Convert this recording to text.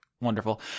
wonderful